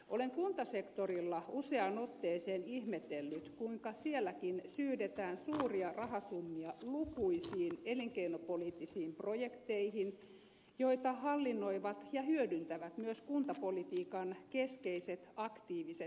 olen kuntasektorilla useaan otteeseen ihmetellyt kuinka sielläkin syydetään suuria rahasummia lukuisiin elinkeinopoliittisiin projekteihin joita hallinnoivat ja hyödyntävät myös kuntapolitiikan keskeiset aktiiviset toimijat